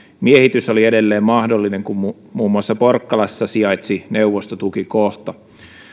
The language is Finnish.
miehitys oli edelleen mahdollinen kun muun muassa porkkalassa sijaitsi neuvostotukikohta